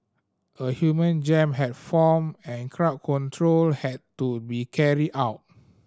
a human jam had formed and crowd control had to be carried out